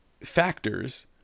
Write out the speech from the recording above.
factors